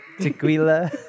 Tequila